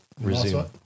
Resume